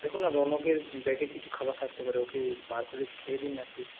দেখুন না রৌনকের ব্যাগে কিছু খাবার থাকতে পারে ওকে বার করে খাইয়ে দিন না একটু